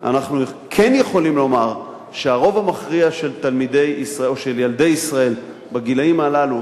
אנחנו כן יכולים לומר שהרוב המכריע של ילדי ישראל בגילים הללו,